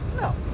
No